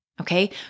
Okay